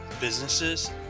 businesses